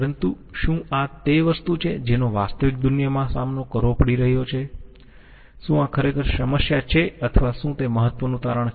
પરંતુ શું આ તે વસ્તુ છે જેનો વાસ્તવિક દુનિયામાં સામનો કરવો પડી રહ્યો છે શું આ ખરેખર સમસ્યા છે અથવા શું તે મહત્વનું તારણ છે